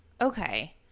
okay